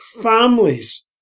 families